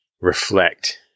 reflect